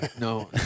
No